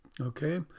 Okay